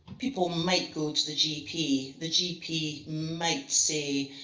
people might go to the gp. the gp might, say,